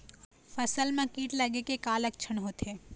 फसल म कीट लगे के का लक्षण होथे?